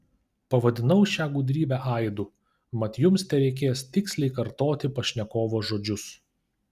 pavadinau šią gudrybę aidu mat jums tereikės tiksliai kartoti pašnekovo žodžius